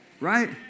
Right